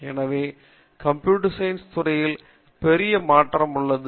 எனவே computer science துறையில் பெரிய மாற்றம் உள்ளது